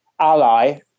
ally